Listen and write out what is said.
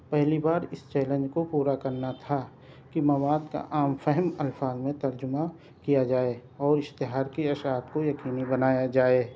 پہلی بار اس چیلنج کو پورا کرنا تھا کہ مواد کا عام فہم الفاظ میں ترجمہ کیا جائے اور اشتہار کی اشاعت کو یقینی بنایا جائے